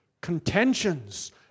contentions